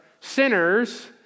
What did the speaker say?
sinners